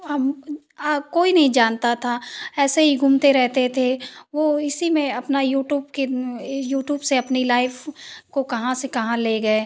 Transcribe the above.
अब कोई नहीं जानता था ऐसे ही घूमते रहते थे वह इसी में अपना यूट्यूब के यूट्यूब से अपनी लाइफ़ को कहाँ से कहाँ ले गए